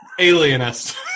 Alienist